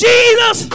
Jesus